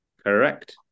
Correct